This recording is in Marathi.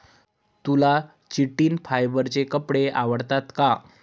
तुला चिटिन फायबरचे कपडे आवडतात का?